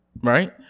right